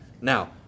Now